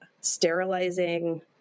sterilizing